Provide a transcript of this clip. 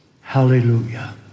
Hallelujah